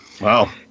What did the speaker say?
Wow